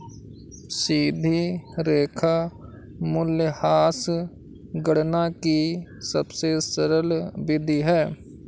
सीधी रेखा मूल्यह्रास गणना की सबसे सरल विधि है